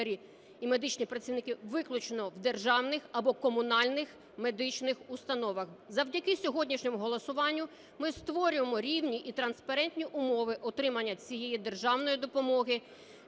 і медичні працівники виключно в державних або комунальних медичних установах. Завдяки сьогоднішньому голосуванню ми створимо рівні і транспарентні умови отримання цієї державної допомоги